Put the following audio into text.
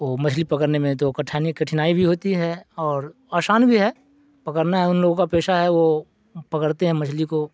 وہ مچھلی پکڑنے میں تو کٹھنی کٹھنائی بھی ہوتی ہے اور آسان بھی ہے پکڑنا ہے ان لوگوں کا پیشہ ہے وہ پکڑتے ہیں مچھلی کو